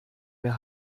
mehr